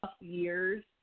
years